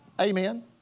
Amen